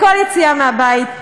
בכל יציאה מהבית,